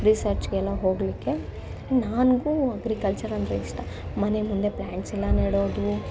ರಿಸರ್ಚ್ಗೆಲ್ಲ ಹೋಗ್ಲಿಕ್ಕೆ ನನಗೂ ಅಗ್ರಿಕಲ್ಚರೆಂದ್ರೆ ಇಷ್ಟ ಮನೆ ಮುಂದೆ ಪ್ಲ್ಯಾಂಟ್ಸೆಲ್ಲ ನೆಡೋದು